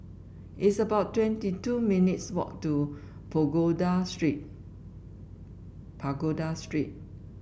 it's about twenty two minutes walk to Pagoda Street Pagoda Street